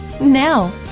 Now